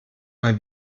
mal